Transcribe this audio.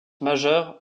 majeur